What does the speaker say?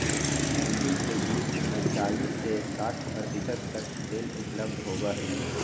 अरंडी के बीज में चालीस से साठ प्रतिशत तक तेल उपलब्ध होबा हई